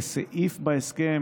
כסעיף בהסכם,